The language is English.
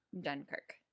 Dunkirk